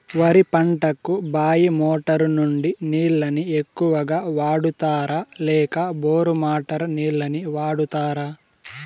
వరి పంటకు బాయి మోటారు నుండి నీళ్ళని ఎక్కువగా వాడుతారా లేక బోరు మోటారు నీళ్ళని వాడుతారా?